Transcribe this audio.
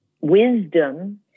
wisdom